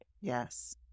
Yes